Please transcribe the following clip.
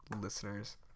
listeners